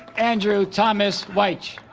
andrew thomas wyche